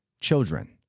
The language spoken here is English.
children